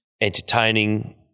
entertaining